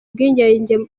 ubwigenge